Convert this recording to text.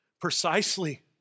precisely